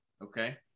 okay